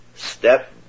step